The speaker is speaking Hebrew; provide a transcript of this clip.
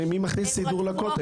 מי מכניס סידור לכותל?